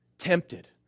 tempted